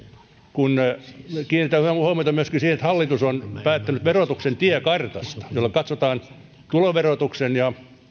me kiinnitämme huomiota myöskin siihen että hallitus on päättänyt verotuksen tiekartasta jolla katsotaan tuloverotuksen ja